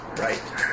right